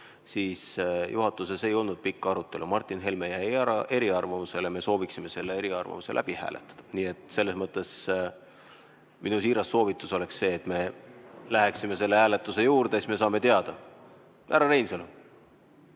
et juhatuses ei olnud pikka arutelu. Martin Helme jäi eriarvamusele ja nüüd me sooviksime selle eriarvamuse läbi hääletada. Nii et selles mõttes minu siiras soovitus oleks see, et me läheksime selle hääletuse juurde, siis me saame teada. Härra Reinsalu!